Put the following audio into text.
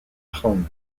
rome